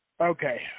Okay